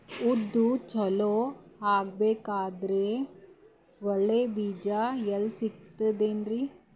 ಉದ್ದು ಚಲೋ ಆಗಬೇಕಂದ್ರೆ ಒಳ್ಳೆ ಬೀಜ ಎಲ್ ಸಿಗತದರೀ?